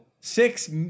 six